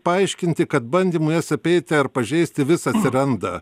paaiškinti kad bandymų jas apeiti ar pažeisti vis atsiranda